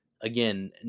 again